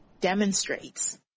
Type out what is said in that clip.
demonstrates